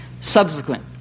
subsequent